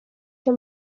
cyo